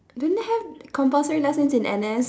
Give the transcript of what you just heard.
don't they have compulsory lessons in N_S